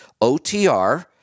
OTR